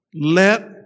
Let